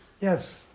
yes